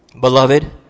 beloved